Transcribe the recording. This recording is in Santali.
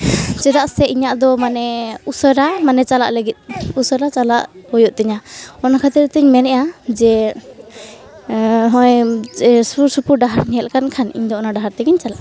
ᱪᱮᱫᱟᱜ ᱥᱮ ᱤᱧᱟᱹᱜ ᱫᱚ ᱢᱟᱱᱮ ᱩᱥᱟᱹᱨᱟ ᱪᱟᱞᱟᱜ ᱞᱟᱹᱜᱤᱫ ᱩᱥᱟᱹᱨᱟ ᱪᱟᱞᱟᱜ ᱦᱩᱭᱩᱜ ᱛᱤᱧᱟᱹ ᱚᱱᱟ ᱠᱷᱟᱹᱛᱤᱨ ᱛᱤᱧ ᱢᱮᱱᱮᱫᱼᱟ ᱡᱮ ᱦᱚᱜᱼᱚᱸᱭ ᱥᱩᱨᱼᱥᱩᱯᱩᱨ ᱰᱟᱦᱟᱨ ᱧᱮᱞ ᱠᱟᱱ ᱠᱷᱟᱱ ᱤᱧᱫᱚ ᱚᱱᱟ ᱰᱟᱦᱟᱨ ᱛᱮᱜᱮᱧ ᱪᱟᱞᱟᱜᱼᱟ